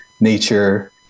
nature